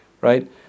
right